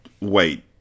Wait